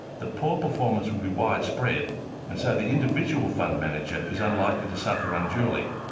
the poor performance will be widespread and so the individual fund manager is unlikely to suffer unduly.